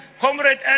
Comrade